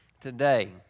today